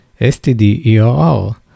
std-err